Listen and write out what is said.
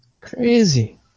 Crazy